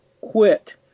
quit